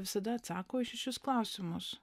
visada atsako į šešis klausimus